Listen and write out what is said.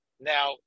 Now